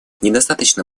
недостаточно